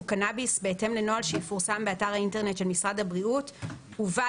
קנאביס בהתאם לנוהל שיפורסם באתר האינטרנט של משרד הבריאות ובה